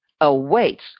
awaits